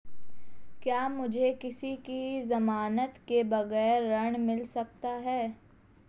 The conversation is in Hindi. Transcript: क्या मुझे किसी की ज़मानत के बगैर ऋण मिल सकता है?